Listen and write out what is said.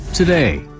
Today